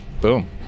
boom